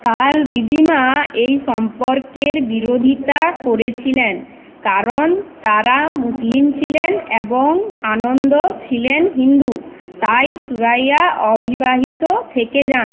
তার দিদিমা এই সম্পর্কের বিরোধিতা করেছিলেন কারণ তারা মুসলিম ছিলেন এবং আনন্দ ছিলেন হিন্দু তাই সুরাইয়া অবিবাহিত থেকে যান